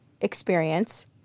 experience